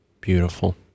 Beautiful